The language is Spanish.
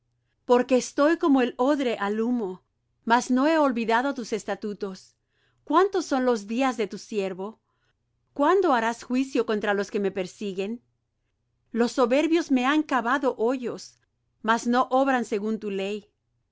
porque estoy como el odre al humo mas no he olvidado tus estatutos cuántos son los días de tu siervo cuándo harás juicio contra los que me persiguen los soberbios me han cavado hoyos mas no obran según tu ley